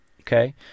Okay